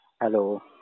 Hello